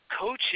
coaching